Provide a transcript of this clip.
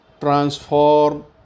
transform